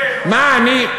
מה אני,